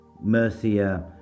Mercia